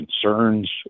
concerns